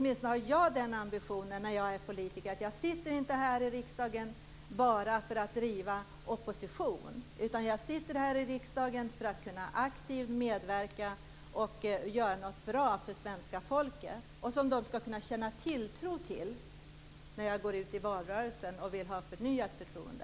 Min ambition som politiker är inte att sitta här i riksdagen för att endast driva opposition. Jag sitter i riksdagen för att aktivt kunna medverka och göra något bra för svenska folket. De skall kunna känna tilltro till detta när jag går ut i valrörelsen och ber om förnyat förtroende.